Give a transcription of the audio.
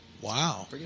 Wow